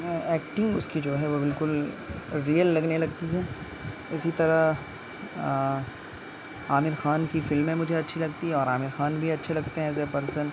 acting اس کی جو ہے وہ بالکل ریئل لگنے لگتی ہے اسی طرح عامر خان کی فلمیں مجھے اچھی لگتی ہے عامر خان بھی اچھے لگتے ہیں ایز اے پرسن